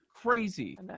Crazy